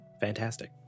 Fantastic